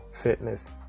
fitness